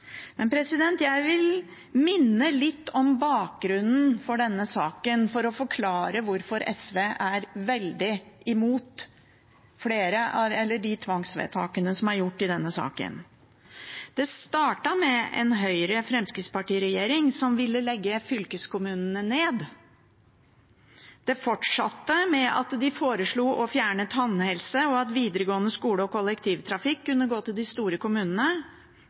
Men jeg vil minne litt om bakgrunnen for denne saken, for å forklare hvorfor SV er veldig imot de tvangsvedtakene som er gjort. Det startet med en Høyre–Fremskrittsparti-regjering som ville legge ned fylkeskommunene. Det fortsatte med at de foreslo å fjerne tannhelse, og at videregående skole og kollektivtrafikk kunne legges til de store kommunene.